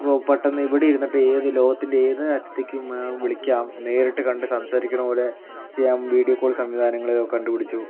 പെട്ടെന്ന് ഇവിടെ ഇരുന്നിട്ട് ഏത് ലോകത്തിൻ്റെ ഏതറ്റത്തേക്കും വ് വിളിക്കാം നേരിട്ട് കണ്ട് സംസാരിക്കുന്ന പോലെ ചെയ്യാം വീഡിയോ കോള് സംവിധാനങ്ങള് കണ്ട് പിടിച്ചു